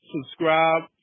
Subscribe